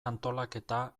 antolaketa